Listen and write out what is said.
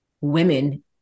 women